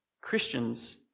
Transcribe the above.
Christians